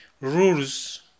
rules